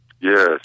Yes